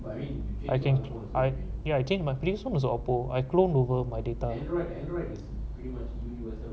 but I can I ya I think my place long also oppo I clone over my data read